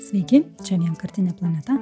sveiki čia vienkartinė planeta